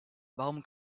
warum